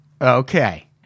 Okay